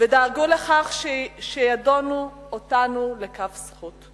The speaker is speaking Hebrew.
ודאגו לכך שידונו אותנו לכף זכות.